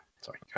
sorry